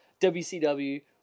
WCW